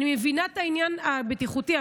אני מבינה את העניין הבטיחותי,